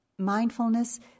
mindfulness